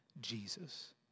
Jesus